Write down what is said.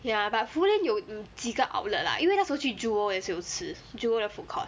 ya but foodlink 有几个 outlet lah 因为那时候去 jewel 也是有吃 jewel 的 foodcourt